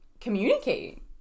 communicate